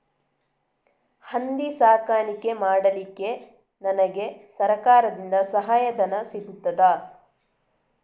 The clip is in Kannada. ಹಂದಿ ಸಾಕಾಣಿಕೆ ಮಾಡಲಿಕ್ಕೆ ನನಗೆ ಸರಕಾರದಿಂದ ಸಹಾಯಧನ ಸಿಗುತ್ತದಾ?